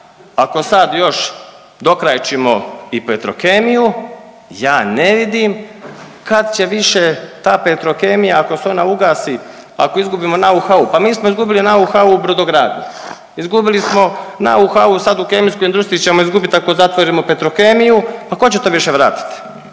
ako sad još dokrajčimo i Petrokemiju ja ne vidim kad će više ta Petrokemija ako se ona ugasi, ako izgubimo know how pa mi smo izgubili know how u brodogradnji, izgubili smo know how sad u kemijskoj industriji ćemo izgubit ako zatvorimo Petrokemiju, pa tko će to više vratiti,